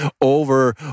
over